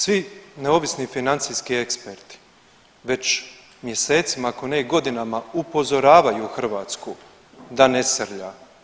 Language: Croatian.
Svi neovisni financijski eksperti već mjesecima ako ne i godinama upozoravaju Hrvatsku da ne srlja.